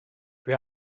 dwi